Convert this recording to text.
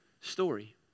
story